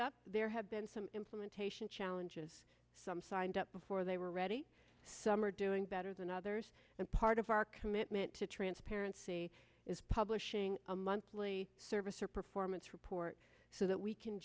up there have been some implementation challenges some signed up before they were ready some are doing better than others and part of our commitment to transparency is publishing a monthly service or performance report so that we can